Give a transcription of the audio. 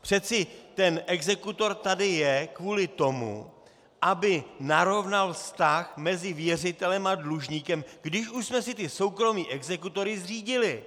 Přece ten exekutor tady je kvůli tomu, aby narovnal vztah mezi věřitelem a dlužníkem, když už jsme si ty soukromé exekutory zřídili.